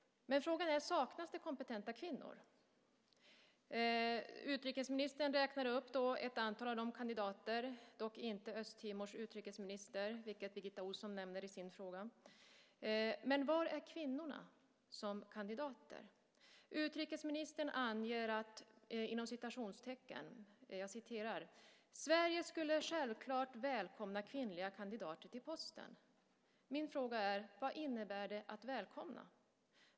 Men frågan är: Saknas det kompetenta kvinnor? Utrikesministern räknar upp ett antal kandidater, dock inte Östtimors utrikesminister, vilken Birgitta Ohlsson nämner i sin fråga. Men var är kvinnorna som kandidater? Utrikesministern anger att "Sverige skulle självklart välkomna kvinnliga kandidater till posten". Min fråga är: Vad innebär det att välkomna?